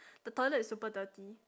the toilet is super dirty